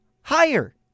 higher